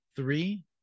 three